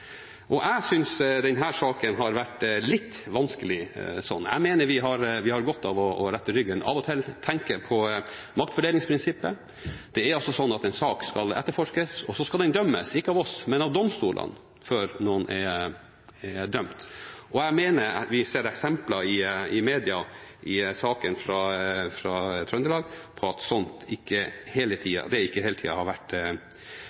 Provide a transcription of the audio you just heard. merdkanten. Jeg synes denne saken har vært litt vanskelig, sånn sett. Jeg mener vi har godt av å rette ryggen og av og til tenke på maktfordelingsprinsippet. Det er altså sånn at en sak skal etterforskes, og så skal det dømmes, ikke av oss før noen er dømt, men av domstolene. Jeg mener at vi ser eksempler på i media, som i saken fra Trøndelag, at det ikke hele tida har vært